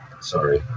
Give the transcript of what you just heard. Sorry